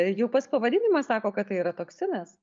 jau pats pavadinimas sako kad tai yra toksinas